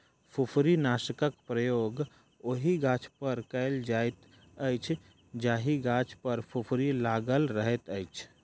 फुफरीनाशकक प्रयोग ओहि गाछपर कयल जाइत अछि जाहि गाछ पर फुफरी लागल रहैत अछि